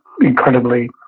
incredibly